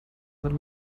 del